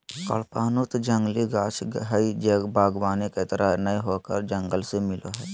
कडपहनुत जंगली गाछ हइ जे वागबानी के तरह नय होकर जंगल से मिलो हइ